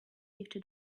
fifty